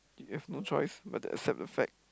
you have no choice but to accept the fact